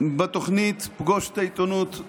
בתוכנית פגוש את העיתונות,